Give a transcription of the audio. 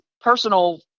personal